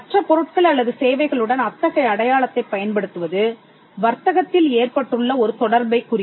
மற்ற பொருட்கள் அல்லது சேவைகளுடன் அத்தகைய அடையாளத்தைப் பயன்படுத்துவது வர்த்தகத்தில் ஏற்பட்டுள்ள ஒரு தொடர்பை குறிக்கும்